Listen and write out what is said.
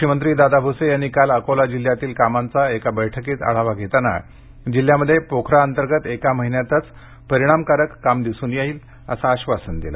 कृषिमंत्री दादा भुसे यांनी काल अकोला जिल्ह्यातील कामाचा एका बैठकीत आढावा घेताना जिल्ह्यातील पोखरा अंतर्गत एका महिन्यातच परिणामकारक काम दिसून येईल असे आश्वासन दिले